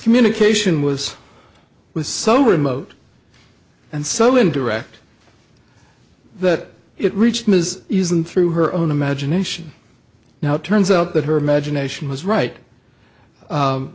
communication was was so remote and so indirect that it reached ms hughes and through her own imagination now it turns out that her imagination was right